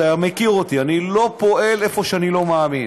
אתה מכיר אותי, אני לא פועל איפה שאני לא מאמין.